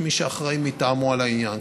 ויש מי שאחראי מטעמו לעניין,